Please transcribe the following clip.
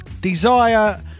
Desire